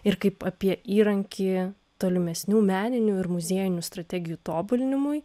ir kaip apie įrankį tolimesnių meninių ir muziejinių strategijų tobulinimui